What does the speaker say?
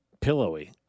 Pillowy